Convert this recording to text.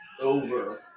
over